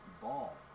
ball